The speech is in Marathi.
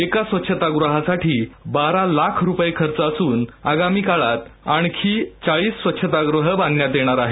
एका स्वच्छतागृहासाठी बारा लाख रुपये खर्च असून आगामी काळात आणखी चाळीस स्वच्छतागृहं बांधण्यात येणार आहेत